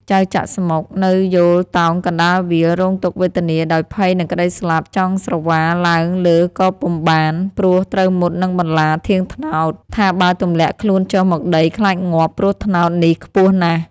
ចៅចាក់ស្មុគ នៅយោលតោងកណ្តាលវាល រងទុក្ខវេទនាដោយភ័យនឹងក្តីស្លាប់ ចង់ស្រវាឡើងលើក៏ពុំបាន ព្រោះត្រូវមុតនឹងបន្លាធាងត្នោត ថាបើទម្លាក់ខ្លួនចុះមកដីខ្លាចងាប់ ព្រោះត្នោតនេះខ្ពស់ណាស់។